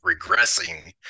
regressing